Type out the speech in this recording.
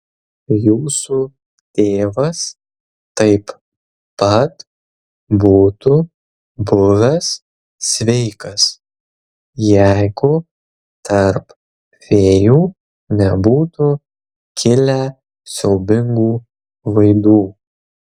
jūsų tėvas taip pat būtų buvęs sveikas jeigu tarp fėjų nebūtų kilę siaubingų vaidų